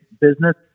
business